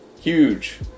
huge